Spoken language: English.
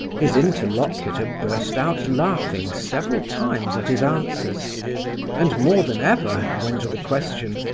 his interlocutor burst out laughing several times at his answers and more than ever, when to the question,